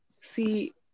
See